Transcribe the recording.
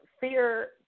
fear